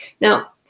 Now